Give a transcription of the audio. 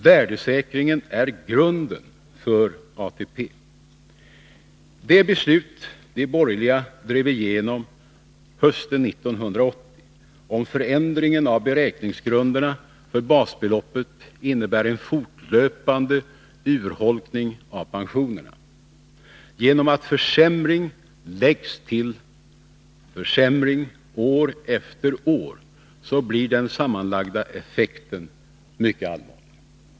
Värdesäkringen är grunden för ATP. beräkningsgrunderna för basbeloppet innebär en fortlöpande urholkning av pensionerna. Genom att försämring läggs till försämring, år efter år, blir den sammanlagda effekten mycket allvarlig.